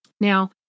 Now